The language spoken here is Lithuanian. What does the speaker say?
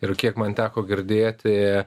ir kiek man teko girdėti